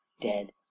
dead